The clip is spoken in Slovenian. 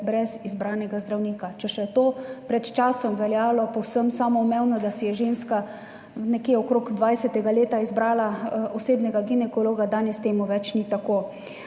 brez izbranega zdravnika. Če je še pred časom veljalo za povsem samoumevno to, da si je ženska nekje okrog 20. leta izbrala osebnega ginekologa, danes to ni več tako.